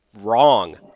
Wrong